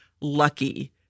lucky